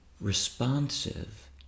responsive